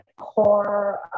core